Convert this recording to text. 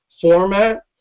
format